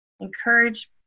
encourage